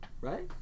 right